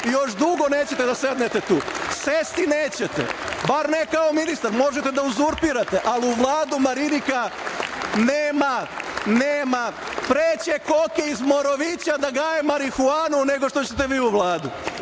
Još dugo nećete da sednete tu. Sesti nećete, bar ne kao ministar. Možete da uzurpirate, ali u Vladu, Marinika, nema. Pre će koke iz Morovića da gaje marihuanu nego što ćete vi u Vladu.